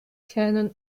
canon